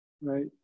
right